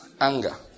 Anger